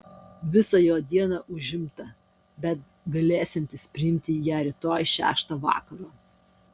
visa jo diena užimta bet galėsiantis priimti ją rytoj šeštą vakaro